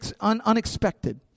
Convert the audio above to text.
unexpected